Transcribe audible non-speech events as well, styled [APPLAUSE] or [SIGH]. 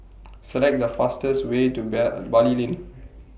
Select The fastest Way to [UNINTELLIGIBLE] Bali Lane